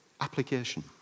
application